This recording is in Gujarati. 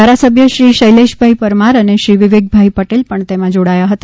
ધારાસભ્યશ્રી શૈલેષભાઈ પરમાર અને શ્રી વિવેકભાઈ પટેલ પણ તેમાં જોડાયા હતા